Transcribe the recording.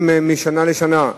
מדי שנה בשנה,